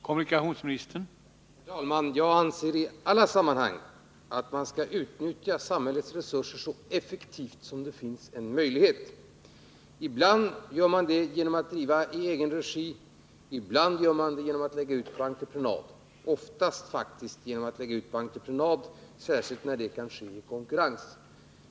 Herr talman! Jag anser att man i alla sammanhang skall utnyttja samhällets resurser så effektivt som det finns en möjlighet till. Ibland gör man det genom att driva en verksamhet i egen regi, ibland genom att lägga ut arbete på entreprenad. Oftast sker det faktiskt genom entreprenad, särskilt när det är fråga om konkurrens.